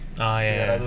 ah ya ya ya